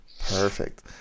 Perfect